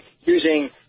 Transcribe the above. using